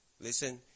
listen